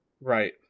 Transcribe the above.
Right